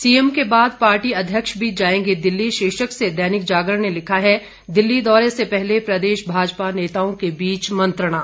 CM के बाद party अध्यक्ष भी जाएंगे दिल्ली शीर्षक से दैनिक जागरण ने लिखा है दिल्ली दौरे से पहले प्रदेश भाजपा नेताओं के बीच मंत्रणा